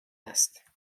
است